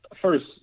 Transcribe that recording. first